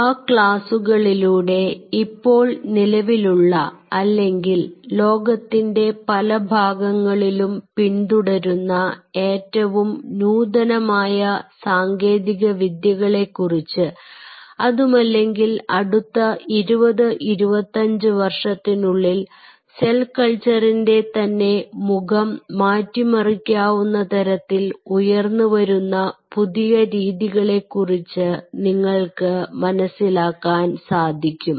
ആ ക്ലാസുകളിലൂടെ ഇപ്പോൾ നിലവിലുള്ള അല്ലെങ്കിൽ ലോകത്തിൻറെ പല ഭാഗങ്ങളിലും പിന്തുടരുന്ന ഏറ്റവും നൂതനമായ സാങ്കേതിക വിദ്യകളെ കുറിച്ച് അതുമല്ലെങ്കിൽ അടുത്ത 20 25 വർഷത്തിനുള്ളിൽ സെൽ കൾച്ചറിന്റെ തന്നെ മുഖം മാറ്റിമറിക്കാവുന്നതരത്തിൽ ഉയർന്നുവരുന്ന പുതിയ രീതികളെക്കുറിച്ച് നിങ്ങൾക്ക് മനസ്സിലാക്കാൻ സാധിക്കും